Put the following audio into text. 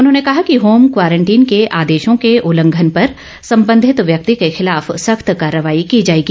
उन्होंने कहा कि होम क्वारंटीन के आदे ों के उल्लंघन पर संबंधित व्यक्ति के खिलाफ सख्त कार्रवाई की जाएगी